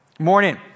Morning